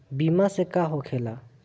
बीमा से का होखेला?